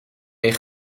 mee